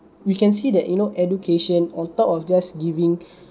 we can see that you know education on top of just giving